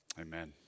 amen